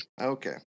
Okay